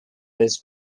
was